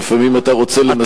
ולפעמים אתה רוצה לנתב,